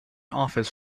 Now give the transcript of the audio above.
office